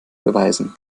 beweisen